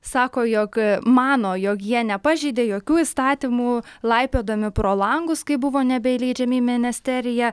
sako jog mano jog jie nepažeidė jokių įstatymų laipiodami pro langus kai buvo nebeįleidžiami į ministeriją